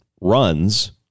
runs